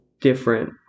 different